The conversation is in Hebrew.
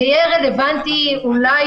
זה יהיה רלוונטי אולי